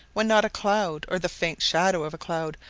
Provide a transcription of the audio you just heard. when not a cloud, or the faint shadow of a cloud,